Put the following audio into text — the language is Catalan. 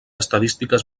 estadístiques